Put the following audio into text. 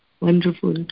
Wonderful